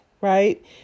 right